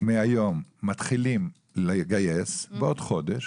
מהיום מתחילים לגייס, בעוד חודש,